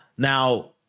Now